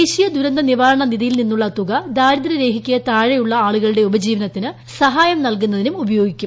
ദേശീയദുരന്തനിവാരണ നിധിയിൽ നിന്നുള്ള തുക ദാരിദ്ര്യരേഖയ്ക്ക് താഴെയുള്ള ആളുകളുടെ ഉപജീവനത്തിന് സഹായം നൽകുന്നതിനും ഉപയോഗിക്കും